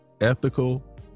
ethical